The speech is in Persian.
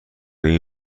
این